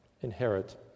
inherit